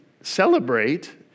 celebrate